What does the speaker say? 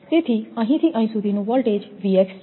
તેથી અહીંથી અહીં સુધીનું વોલ્ટેજ 𝑉𝑥 છે